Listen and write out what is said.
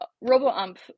Robo-UMP